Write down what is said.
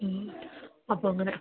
മ് അപ്പം അങ്ങനെ